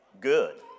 good